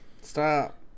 Stop